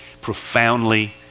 profoundly